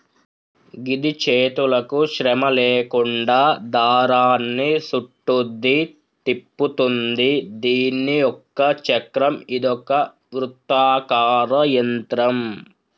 గిది చేతులకు శ్రమ లేకుండా దారాన్ని సుట్టుద్ది, తిప్పుతుంది దీని ఒక చక్రం ఇదొక వృత్తాకార యంత్రం